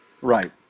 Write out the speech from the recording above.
Right